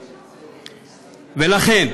לכן,